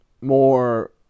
more